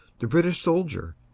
the british soldier,